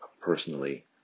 personally